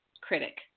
critic